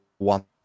one